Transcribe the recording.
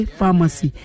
Pharmacy